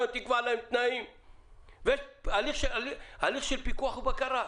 ותקבע להם תנאים בהליך של פיקוח ובקרה.